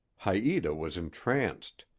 haita was entranced.